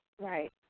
Right